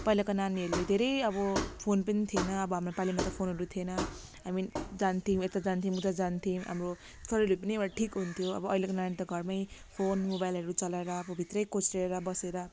पहिलाको नानीहरूले धेरै अब फोन पनि थिएन अब हाम्रो पालिमा त फोनहरू थिएन हामी जान्थ्यौं यता जान्थ्यौँ उता जान्थ्यौँ हाम्रो शरीरहरू पनि अब ठिक हुन्थ्यो अब अहिलेको नानी त घरमै फोन मोबाइलहरू चलाएर अब भित्रै कोचारिएर बसेर